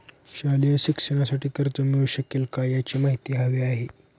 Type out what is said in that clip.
शालेय शिक्षणासाठी कर्ज मिळू शकेल काय? याची माहिती हवी आहे